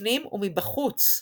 מבפנים ומבחוץ,